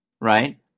right